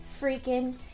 freaking